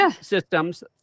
systems